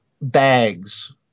bags